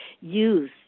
use